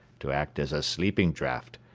to act as a sleeping draught,